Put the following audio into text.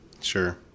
Sure